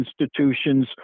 institutions